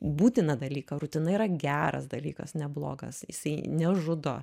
būtiną dalyką rutina yra geras dalykas neblogas jisai nežudo